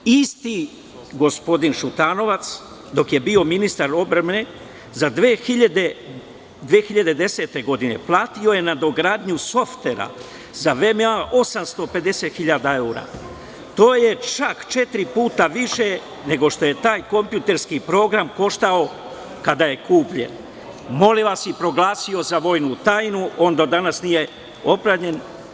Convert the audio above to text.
Isti taj gospodin Šutanovac, dok je bio ministar odbrane, za 2010. platio je nadogradnju softvera za VMA 850 hiljada evra, to je čak četiri puta više nego što je taj kompjuterski program koštao kada je kupljen, i proglasio za vojnu tajnu, on do danas nije popravljen.